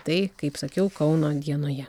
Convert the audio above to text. tai kaip sakiau kauno dienoje